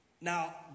Now